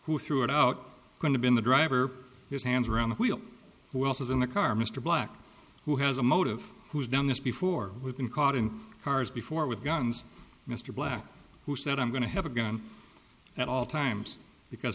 who threw it out going to be in the driver his hands around the wheel wells in the car mr black who has a motive who's done this before we've been caught in cars before with guns mr black who said i'm going to have a gun at all times because